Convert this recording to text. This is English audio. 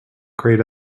grayed